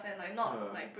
ya